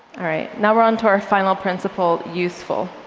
all right. now we're onto our final principle, useful.